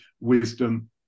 wisdom